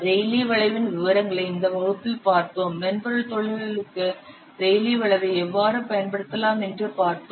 Rayleigh வளைவின் விவரங்களை இந்த வகுப்பில் பார்த்தோம் மென்பொருள் தொழில்களுக்கு ரெய்லீ வளைவை எவ்வாறு பயன்படுத்தலாம் என்று பார்த்தோம்